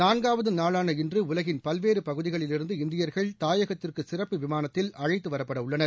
நான்காவது நாளான இன்று உலகின் பல்வேறு பகுதிகளில் இருந்து இந்தியா்கள் தாயகத்திற்கு சிறப்பு விமானத்தில் அழைத்து வரப்பட உள்ளனர்